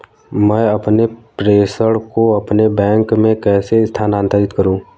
मैं अपने प्रेषण को अपने बैंक में कैसे स्थानांतरित करूँ?